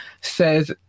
says